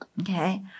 Okay